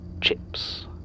chips